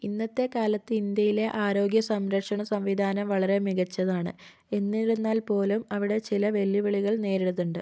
ഇന്നത്തെ കാലത്ത് ഇന്ത്യയിലെ ആരോഗ്യ സംരക്ഷണ സംവിധാനം വളരെ മികച്ചതാണ് എന്നിരുന്നാൽ പോലും അവിടെ ചില വെല്ലുവിളികൾ നേരിടുന്നുണ്ട്